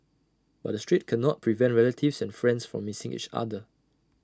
but the strait cannot prevent relatives and friends from missing each other